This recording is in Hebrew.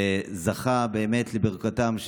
וזכה באמת לברכתם,